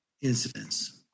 incidents